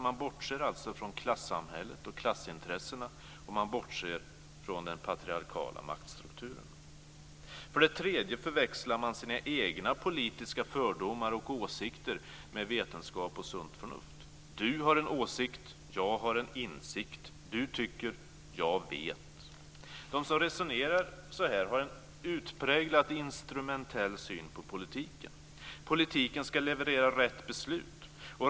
Man bortser från klassamhället och klassintressena, och man bortser från den patriarkaliska maktstrukturen. För det tredje förväxlar man sina egna politiska fördomar och åsikter med vetenskap och sunt förnuft. "Du har en åsikt. Jag har en insikt. Du tycker. Jag vet." De som resonerar så har en utpräglad instrumentell syn på politiken. Politiken ska leverera rätt beslut.